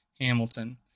Hamilton